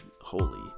holy